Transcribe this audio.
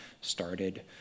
started